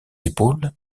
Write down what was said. épaules